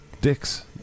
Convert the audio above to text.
Dicks